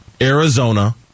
Arizona